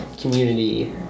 community –